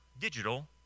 digital